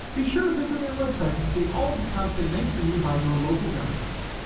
be sure to visit their website to see all the content made for you by your local governments.